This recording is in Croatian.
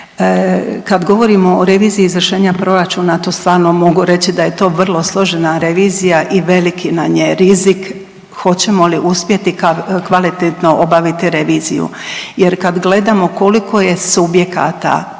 Kad govorimo o reviziji izvršenja proračuna, to stvarno mogu reći da je to vrlo složena revizija i veliki nam je rizik hoćemo li uspjeti kvalitetno obaviti reviziju jer kad gledamo koliko je subjekata